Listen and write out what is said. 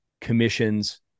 commissions